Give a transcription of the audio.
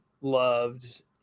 loved